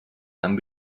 amb